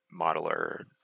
modeler